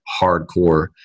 hardcore